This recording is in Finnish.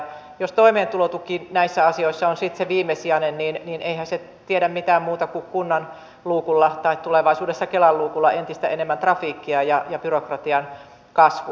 jos toimeentulotuki näissä asioissa on sitten se viimesijainen niin eihän se tiedä mitään muuta kuin kunnan luukulla tai tulevaisuudessa kelan luukulla entistä enemmän trafiikkia ja byrokratian kasvua